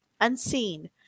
unseen